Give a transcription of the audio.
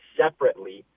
separately